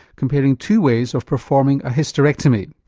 comparing two ways of performing a hysterectomy.